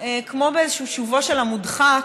כמו באיזשהו שובו של המודחק,